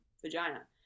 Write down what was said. vagina